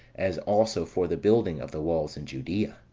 as also for the building of the walls in judea.